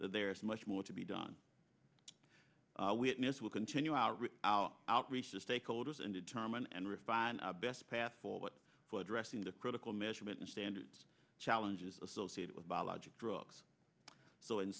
that there is much more to be done witness we'll continue our out outreach to stakeholders and determine and refine our best path forward for addressing the critical measurement standards challenges associated with biologic drugs so in